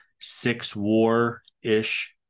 six-war-ish